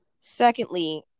secondly